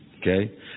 Okay